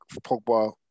Pogba